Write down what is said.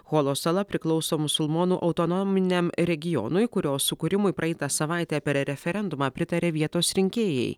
holo sala priklauso musulmonų autonominiam regionui kurio sukūrimui praeitą savaitę per referendumą pritarė vietos rinkėjai